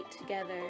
together